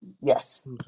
yes